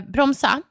Bromsa